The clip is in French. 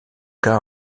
cas